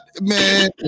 man